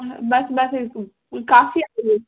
बसि बसि काफ़ी आहे इहो